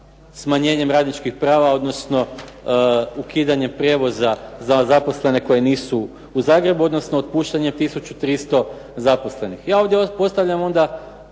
smanjenjem radničkih prava, odnosno ukidanjem prijevoza za zaposlene koji nisu u Zagrebu, odnosno otpuštanje tisuću 300 zaposlenih. Ja ovdje postavljam pitanje.